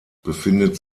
befindet